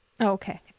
Okay